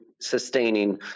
sustaining